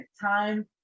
Time